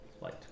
light